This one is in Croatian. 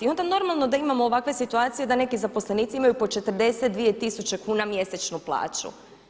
I onda normalno da imamo ovakve situacije da neki zaposlenici imaju po 42 tisuće kuna mjesečnu plaću.